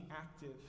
active